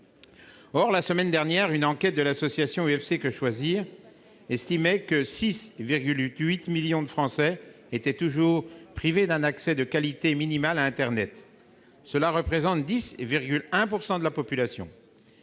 Or, la semaine dernière, une enquête de l'association UFC-Que choisir estimait que 6,8 millions de Français étaient toujours privés d'un accès de qualité minimale à internet. Cela représente 10,1 % de la population.